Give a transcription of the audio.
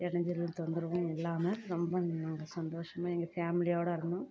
எடைஞ்சலும் தொந்தரவும் இல்லாமல் ரொம்ப நாங்கள் சந்தோஷமாக எங்கள் ஃபேமிலியோடு இருந்தோம்